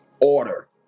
Order